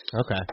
Okay